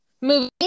Movies